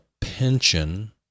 pension